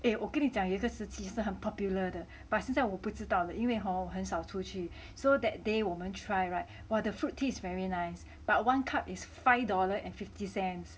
eh 我跟你讲有一个时期是很 popular 的 but 现在我不知道了因为 hor 我很少出去 so that day 我们 try [right] whah the fruit tea is very nice but one cup is five dollar and fifty cents